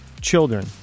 children